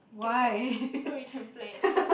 you can fetch him so we can play